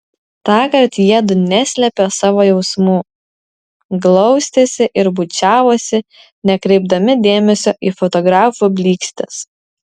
tąkart jiedu neslėpė savo jausmų glaustėsi ir bučiavosi nekreipdami dėmesio į fotografų blykstes